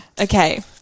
okay